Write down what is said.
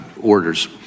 orders